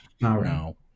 No